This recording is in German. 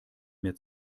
mehr